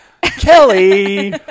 Kelly